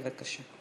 בבקשה.